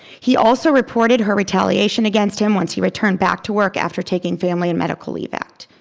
he also reported her retaliation against him once he returned back to work after taking family and medical leave act.